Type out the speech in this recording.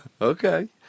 Okay